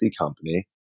company